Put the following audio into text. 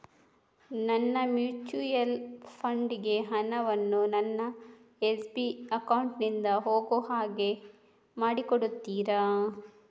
ನನ್ನ mutual fund ಗೆ ಹಣ ವನ್ನು ನನ್ನ ಎಸ್.ಬಿ ಅಕೌಂಟ್ ನಿಂದ ಹೋಗು ಹಾಗೆ ಮಾಡಿಕೊಡುತ್ತೀರಾ?